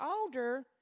older